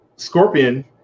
Scorpion